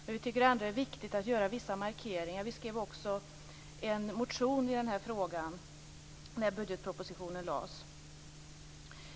Men vi tycker ändå att det är viktigt att göra vissa skrivningar. Vi skrev också en motion i denna fråga när budgetpropositionen lades fram.